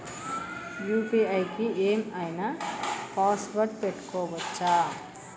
UPI కి ఏం ఐనా పాస్వర్డ్ పెట్టుకోవచ్చా?